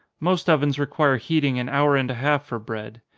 most ovens require heating an hour and a half for bread.